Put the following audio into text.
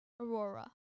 Aurora